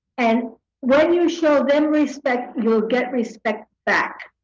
and when you show them respect you'll get respect back.